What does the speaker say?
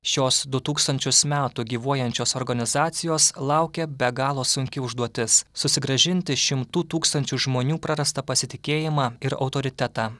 šiuos du tūkstančius metų gyvuojančios organizacijos laukia be galo sunki užduotis susigrąžinti šimtų tūkstančių žmonių prarastą pasitikėjimą ir autoritetą